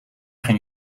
gaan